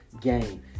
game